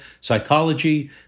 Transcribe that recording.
psychology